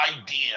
idea